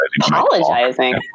apologizing